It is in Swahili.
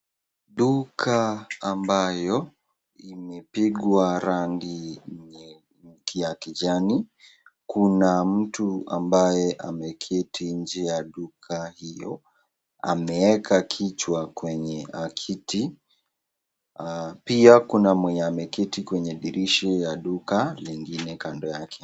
Duka ambayo imepigwa rangi ya kijani. Kuna mtu ambaye ameketi nje ya duka hiyo. Ameeka kichwa kwenye kiti. Pia kuna mwenye ameketi kwenye dirisha ya duka kando yake.